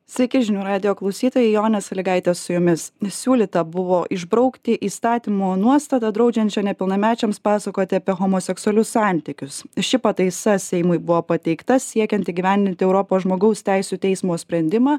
sveiki žinių radijo klausytojai jonė salygaitė su jumis siūlyta buvo išbraukti įstatymo nuostatą draudžiančią nepilnamečiams pasakoti apie homoseksualius santykius ši pataisa seimui buvo pateikta siekiant įgyvendinti europos žmogaus teisių teismo sprendimą